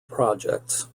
projects